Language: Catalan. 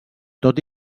tot